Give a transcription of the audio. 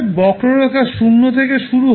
বক্ররেখা 0 থেকে শুরু হবে